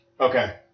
Okay